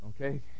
okay